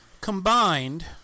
Combined